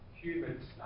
humans